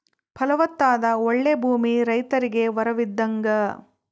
ಫಲವತ್ತಾದ ಓಳ್ಳೆ ಭೂಮಿ ರೈತರಿಗೆ ವರವಿದ್ದಂಗ